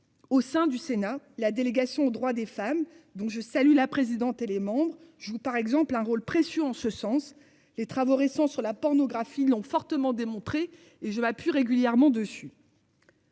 Au sein du Sénat la délégation aux droits des femmes, donc je salue la présidente et les membres je vous par exemple un rôle précieux en ce sens les travaux récents sur la pornographie ont fortement démontrer et je m'a pu régulièrement dessus.--